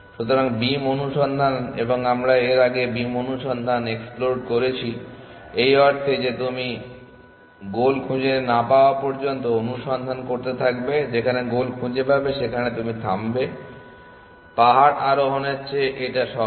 সুতরাং বীম অনুসন্ধান এবং আমরা এর আগে বীম অনুসন্ধান এক্সপ্লোড করেছি এই অর্থে যে তুমি গোল খুঁজে না পাওয়া পর্যন্ত অনুসন্ধান করতে থাকবে যেখানে গোল খুঁজে পাবে সেখানে তুমি থামবে পাহাড়ে আরোহণের চেয়ে এটা সহজ